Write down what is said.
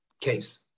case